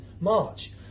March